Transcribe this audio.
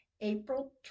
April